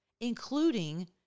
including